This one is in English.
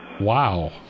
Wow